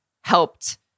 helped